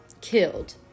Killed